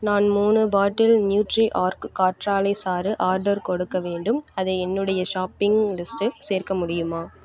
நான் மூணு bottle Nutriorg கற்றாழை சாறு ஆர்டர் கொடுக்க வேண்டும் அதை என்னுடைய ஷாப்பிங் லிஸ்டில் சேர்க்க முடியுமா